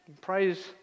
Praise